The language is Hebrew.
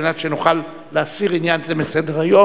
על מנת שנוכל להסיר עניין זה מסדר-היום.